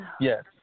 yes